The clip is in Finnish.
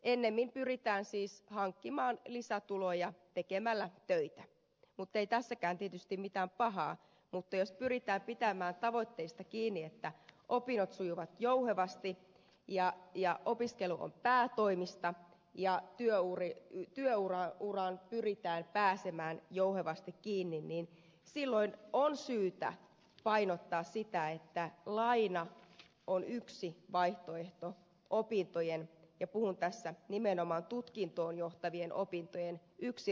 ennemmin pyritään siis hankkimaan lisätuloja tekemällä töitä mutta ei tässäkään tietysti ole mitään pahaa mutta jos pyritään pitämään tavoitteista kiinni että opinnot sujuvat jouhevasti ja opiskelu on päätoimista ja työuraan pyritään pääsemään jouhevasti kiinni silloin on syytä painottaa sitä että laina on yksi opintojen ja puhun tässä nimenomaan tutkintoon johtavien opintojen rahoituskeino